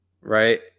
right